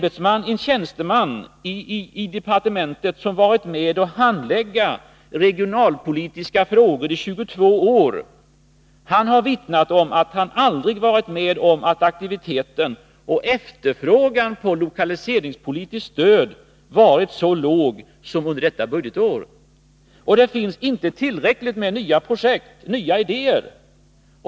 En tjänsteman i departementet som handlagt regionalpolitiska frågor i 22 år har vittnat om att han aldrig varit med om att aktiviteten och efterfrågan på lokaleringsstöd varit så låg som under detta budgetår. Det finns inte tillräckligt med nya projekt och nya idéer.